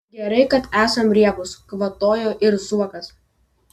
gerai kad esam riebūs kvatojo ir zuokas